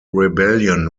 rebellion